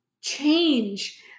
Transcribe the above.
change